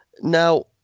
Now